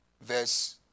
verse